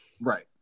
right